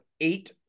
eight